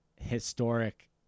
historic